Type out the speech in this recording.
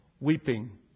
weeping